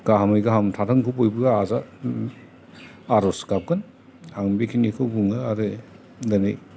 गाहामै गाहाम थाथोंखौ बयबो आजा आरज गाबगोन आं बे खिनिखौ बुङो आरो दोनै